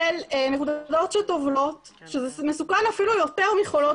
של --- שטובלות שזה מסוכן אפילו יותר מחולות